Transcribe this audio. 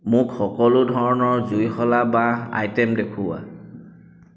মোক সকলো ধৰণৰ জুইশলা বাহ আইটে'ম দেখুওৱা